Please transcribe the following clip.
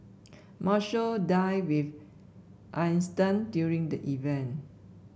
Marshall dined with Einstein during the event